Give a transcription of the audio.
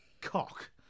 cock